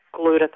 glutathione